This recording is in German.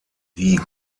die